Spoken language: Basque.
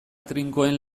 trinkoen